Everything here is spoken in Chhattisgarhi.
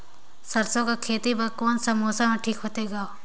सरसो कर खेती बर कोन मौसम हर ठीक होथे ग?